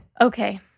Okay